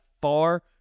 far